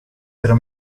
pero